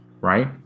right